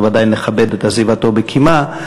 ודאי נכבד את עזיבתו בקימה.